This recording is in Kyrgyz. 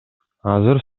азыр